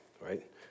right